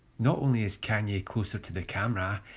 not only is kanye closer to the camera,